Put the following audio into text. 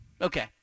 Okay